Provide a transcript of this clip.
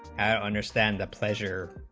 i understand the pleasure